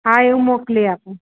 હા એ હું મોકલી આપું